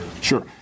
Sure